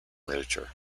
literature